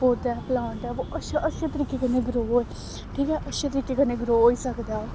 पौध ऐ प्लांट ऐ ओह् अच्छे अच्छे तरीके कन्नै ग्रो होऐ ठीक ऐ अच्छे तरीके कन्नै ग्रो होई सकदा ऐ ओह्